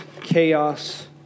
chaos